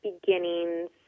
Beginnings